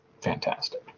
fantastic